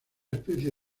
especie